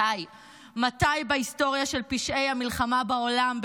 מתי בהיסטוריה של פשעי המלחמה בעולם,